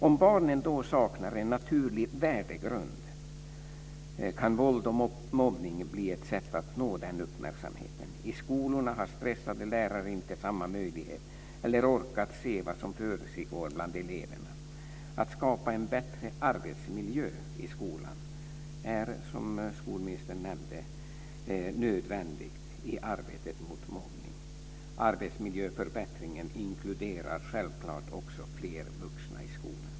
Om barnen då saknar en naturlig värdegrund kan våld och mobbning bli ett sätt att nå den uppmärksamheten. I skolorna har stressade lärare inte samma möjlighet, eller ork, att se vad som försiggår bland eleverna. Att skapa en bättre arbetsmiljö i skolan är, som skolministern nämnde, nödvändigt i arbetet mot mobbning. Arbetsmiljöförbättringen inkluderar självklart också fler vuxna i skolan.